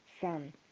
Sun